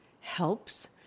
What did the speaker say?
helps